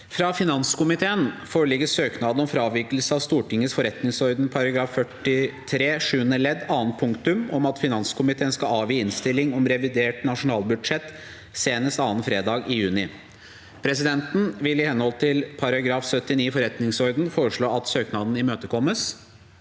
Fra finanskomiteen foreligger søknad om fravikelse av Stortingets forretningsorden § 43 sjuende ledd annet punktum om at finanskomiteen skal avgi innstilling om revidert nasjonalbudsjett senest annen fredag i juni. Presidenten vil i henhold til § 79 i forretningsordenen foreslå at søknaden imøtekommes.